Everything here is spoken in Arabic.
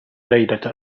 ليلة